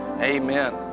Amen